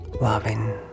Loving